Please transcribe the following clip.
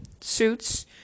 Suits